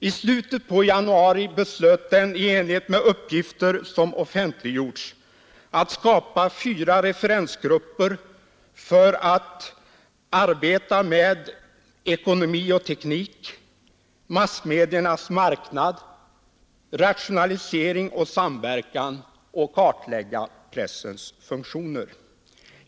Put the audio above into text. I slutet på januari beslöt den i enlighet med uppgifter som offentliggjorts att skapa fyra referensgrupper för att arbeta med ekonomi och teknik, massmediernas marknader, rationalisering och samverkan samt att kartlägga pressens funktioner.